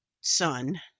son